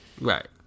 Right